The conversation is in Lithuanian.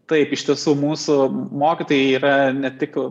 taip iš tiesų mūsų mokytojai yra ne tik